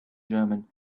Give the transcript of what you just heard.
german